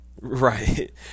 Right